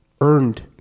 earned